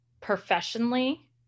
professionally